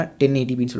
1080p